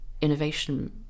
innovation